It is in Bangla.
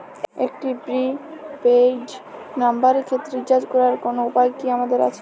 একটি প্রি পেইড নম্বরের ক্ষেত্রে রিচার্জ করার কোনো উপায় কি আমাদের আছে?